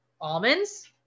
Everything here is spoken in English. almonds